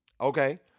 Okay